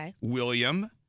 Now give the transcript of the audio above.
William